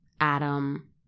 Adam